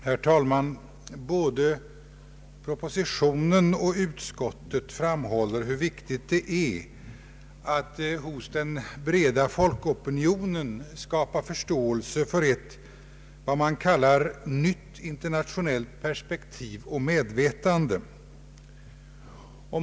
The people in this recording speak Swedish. Herr talman! Både i propositionen och i utskottets utlåtande framhålls hur viktigt det är att hos den breda folkopinionen skapa förståelse för ett, vad man kallar, nytt internationellt perspektiv och medvetande.